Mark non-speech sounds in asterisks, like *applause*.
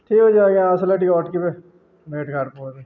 ଠିକ୍ ଅଛି ଆଜ୍ଞା ଆସିଲେ ଟିକେ ଅଟକିିବେ *unintelligible*